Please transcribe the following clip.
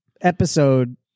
episode